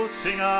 sing